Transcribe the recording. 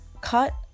cut